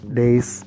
days